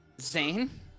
Zane